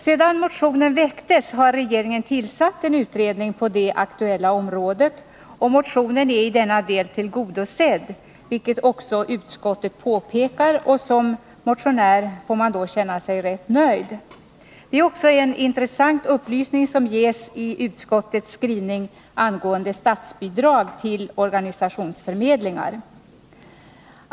Sedan motionen väcktes har regeringen tillsatt en utredning på det aktuella området, och motionen är i denna del tillgodosedd, vilket också utskottet påpekar, och som motionär får man då känna sig rätt nöjd. Det är också en intressant upplysning som ges i utskottets skrivning angående statsbidrag till organisationsförmedlingar.